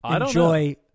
enjoy